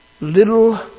little